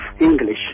English